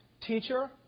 teacher